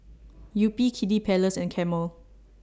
Yupi Kiddy Palace and Camel